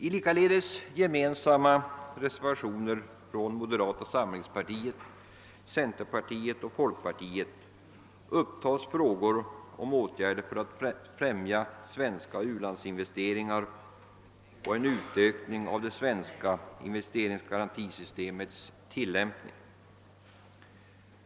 I likaledes gemensamma reservationer från moderata samlingspartiet, centerpartiet och folkpartiet upptas frågor om åtgärder för att främja svenska u landsinvesteringar och en utökning av det svenska investeringsgarantisystemets tillämpning.